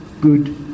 good